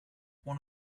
one